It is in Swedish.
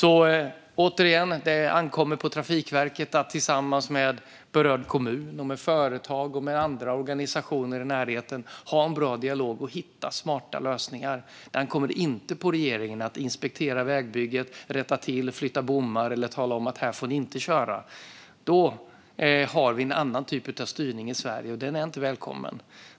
Återigen: Det ankommer på Trafikverket att tillsammans med berörd kommun, företag och andra organisationer i närheten ha en bra dialog och hitta smarta lösningar. Det ankommer inte på regeringen att inspektera vägbyggen, rätta till, flytta bommar eller tala om att här får ni inte köra. Då får vi en annan typ av styrning i Sverige, och den är inte välkommen.